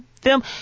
film